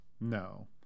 No